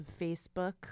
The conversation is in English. Facebook